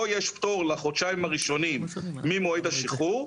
פה יש פטור לחודשיים הראשונים ממועד השחרור,